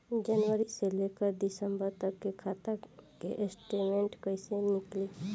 जनवरी से लेकर दिसंबर तक के खाता के स्टेटमेंट कइसे निकलि?